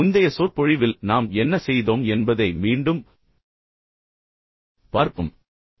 இப்போது நான் தொடங்குவதற்கு முன் ஒரு விரைவான மதிப்பாய்வு செய்வோம் முந்தைய சொற்பொழிவில் நாம் என்ன செய்தோம் என்பதை மீண்டும் பார்ப்போம்